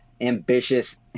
ambitious